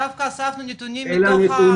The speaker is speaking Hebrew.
דווקא אספנו נתונים מתוך,